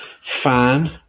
fan